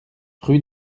rue